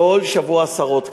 כל שבוע עשרות כאלה.